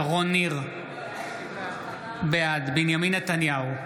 שרון ניר, בעד בנימין נתניהו,